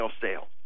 sales